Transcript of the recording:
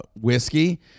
Whiskey